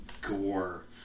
Gore